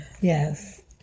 Yes